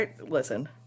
Listen